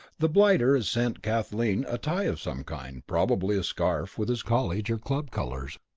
the blighter has sent kathleen a tie of some kind probably a scarf with his college or club colours.